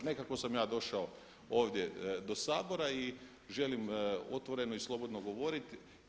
Nekako sam ja došao ovdje do Sabora i želim otvoreno i slobodno govorit.